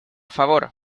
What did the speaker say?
favor